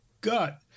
gut